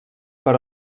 per